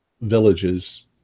villages